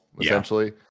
essentially